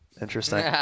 Interesting